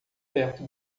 perto